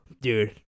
Dude